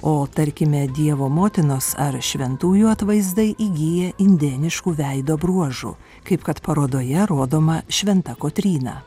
o tarkime dievo motinos ar šventųjų atvaizdai įgyja indėniškų veido bruožų kaip kad parodoje rodoma šventa kotryna